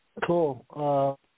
Cool